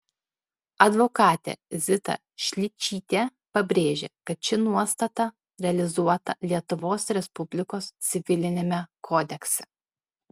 advokatė zita šličytė pabrėžia kad ši nuostata realizuota lietuvos respublikos civiliniame kodekse